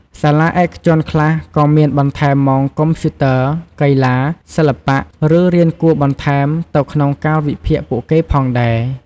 សាលាឯកជនខ្លះក៏មានបន្ថែមម៉ោងកុំព្យូទ័រ កីឡា សិល្បៈ ឬ រៀនគួរបន្ថែមទៅក្នុងកាលវិភាគពួកគេផងដែរ។